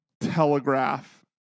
telegraph